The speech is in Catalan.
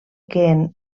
que